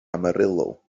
amarillo